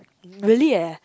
really eh